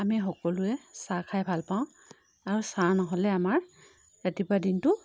আমি সকলোৱে চাহ খাই ভাল পাওঁ আৰু চাহ নহ'লে আমাৰ ৰাতিপুৱা দিনটো